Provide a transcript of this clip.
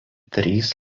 trys